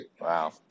wow